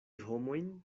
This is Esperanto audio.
homojn